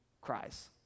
Cries